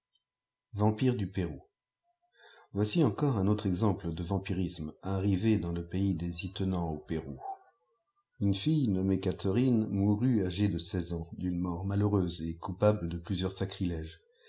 vampires du pérou voici mcore un autre exemple de vampirisme arrivé dans le pays des itenants au pérou une fille nommée catherine mourut âgée de seize ans d'une mort malheureuse et coupable de phisieurs sacrilèges